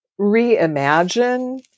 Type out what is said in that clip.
reimagine